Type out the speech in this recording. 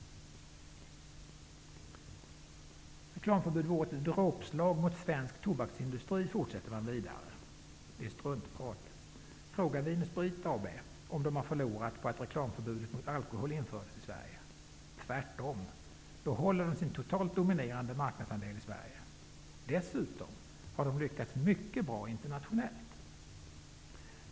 Reklamförbud vore ett dråpslag mot svensk tobaksindustri, fortsätter man vidare. Det är struntprat. Fråga Vin & Sprit AB, om man förlorade på att reklamförbudet när det gäller alkohol infördes i Sverige. Tvärtom, Vin & Sprit behåller sin totalt dominerande marknadsandel i Sverige. Dessutom har Vin & Sprit lyckats mycket bra internationellt.